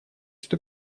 что